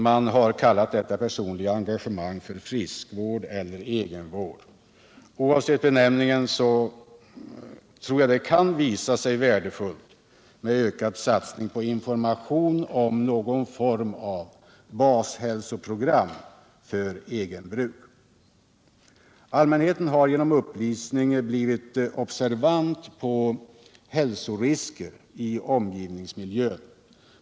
Man har kallat detta personliga engagemang för friskvård eller egenvård. Oavsett benämningen kan det visa sig värdefullt med ökad satsning på information om någon form av bashälsoprogram för egenbruk. Allmänheten har genom upplysning blivit observant på hälsorisker i omgivningsmiljön.